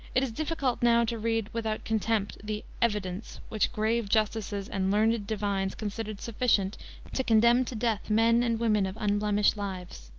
it is difficult now to read without contempt the evidence which grave justices and learned divines considered sufficient to condemn to death men and women of unblemished lives.